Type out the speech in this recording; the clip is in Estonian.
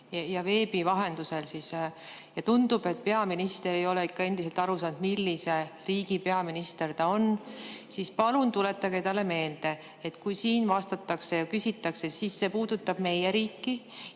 ja veebi vahendusel ja tundub, et peaminister ei ole ikka endiselt aru saanud, millise riigi peaminister ta on, siis palun tuletage talle meelde, et kui siin vastatakse ja küsitakse, siis see puudutab meie riiki.